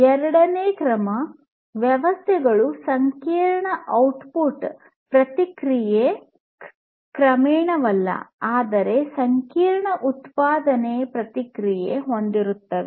ಎರಡನೇ ಕ್ರಮ ವ್ಯವಸ್ಥೆಗಳು ಸಂಕೀರ್ಣ ಔಟ್ಪುಟ್ ಪ್ರತಿಕ್ರಿಯೆ ಕ್ರಮೇಣವಲ್ಲ ಆದರೆ ಸಂಕೀರ್ಣ ಉತ್ಪಾದನೆ ಪ್ರತಿಕ್ರಿಯೆ ಹೊಂದಿರುತ್ತದೆ